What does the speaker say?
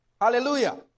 Hallelujah